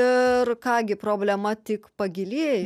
ir ką gi problema tik pagilėjo